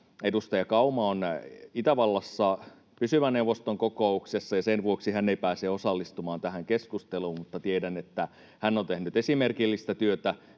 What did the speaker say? edustaja Kauma on Itävallassa pysyvän neuvoston kokouksessa, ja sen vuoksi hän ei pääse osallistumaan tähän keskusteluun, mutta tiedän, että hän on tehnyt esimerkillistä työtä